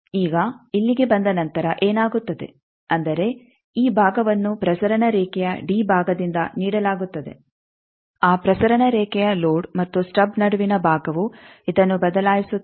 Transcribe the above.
ಈಗ ಇಲ್ಲಿಗೆ ಬಂದ ನಂತರ ಏನಾಗುತ್ತದೆ ಅಂದರೆ ಈ ಭಾಗವನ್ನು ಪ್ರಸರಣ ರೇಖೆಯ ಡಿ ಭಾಗದಿಂದ ನೀಡಲಾಗುತ್ತದೆ ಆ ಪ್ರಸರಣ ರೇಖೆಯ ಲೋಡ್ ಮತ್ತು ಸ್ಟಬ್ ನಡುವಿನ ಭಾಗವು ಇದನ್ನು ಬದಲಾಯಿಸುತ್ತದೆ